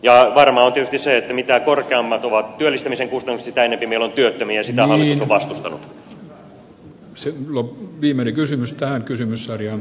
varmaa on tietysti se että mitä korkeammat ovat työllistämisen kustannukset sitä enempi meillä on työttömiä ja sitä hallitus on vastustanut